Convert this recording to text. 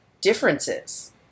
differences